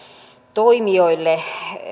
toimijoille